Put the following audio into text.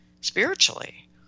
spiritually